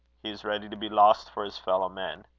he is ready to be lost for his fellow-men.